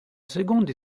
seconde